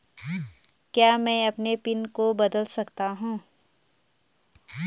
क्या मैं अपने पिन को बदल सकता हूँ?